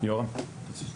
ספורטאי בן 15,